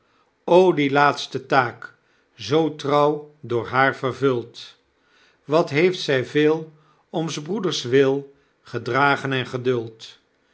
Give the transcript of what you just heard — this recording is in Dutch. die laatste taak zoo trouw door haar vervuld wat heeft zij veel om s broeders wil gedragen en geduld